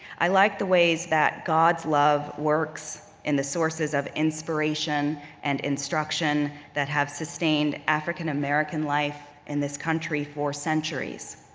i like the ways that god's love works in the sources of inspiration and instruction that have sustained african-american life in this country for centuries.